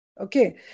Okay